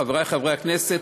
חברי חברי הכנסת,